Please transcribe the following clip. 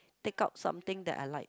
take out something that I like